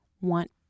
want